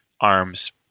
arms